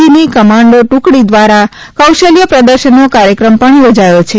જીની કમાન્ડો ટ્રકડી દ્વારા કૌશલ્ય પ્રદર્શનનો કાર્યક્રમ પણ યોજાયો છે